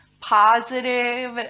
positive